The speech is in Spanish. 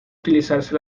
utilizarse